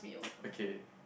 okay